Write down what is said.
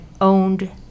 owned